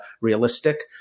realistic